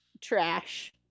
trash